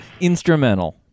instrumental